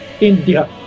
India